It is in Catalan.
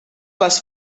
les